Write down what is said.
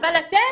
אבל אתם?